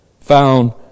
found